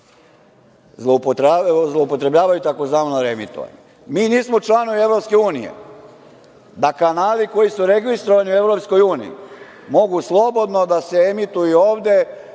zloupotrebljavaju tzv. reemitovanje. Mi nismo članovi EU, da kanali koji su registrovani u EU mogu slobodno da se emituju ovde,